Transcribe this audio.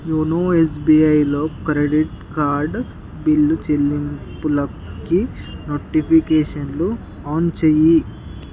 YONO ఎస్బీఐలో credit card bill చెల్లింపులకి నోటిఫికేషన్లు ఆన్ చెయ్యి